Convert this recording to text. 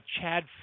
Chad